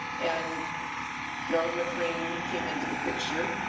and norman maclean and came into the picture,